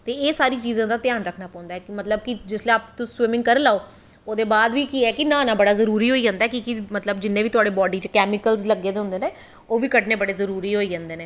ते एह् सारी चीज़ें दा ध्यान रक्खना पौंदा ऐ मतलव कि जिसलै तुस स्विमिंग करी लैओ ओह्दै बाद बी न्हाना बड़ा जरूरी होई जंदा ऐ कि के मतलव जिन्नें बी तुआढ़ी बाड्डी च कैमिकल लग्गे दे होंदे न ओह् बी कड्ढने बड़े जरूरी होई जंदे न